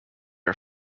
are